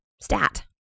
stat